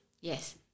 Yes